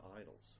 idols